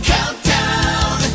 Countdown